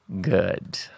Good